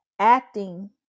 Acting